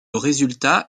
résultat